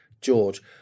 George